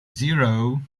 zero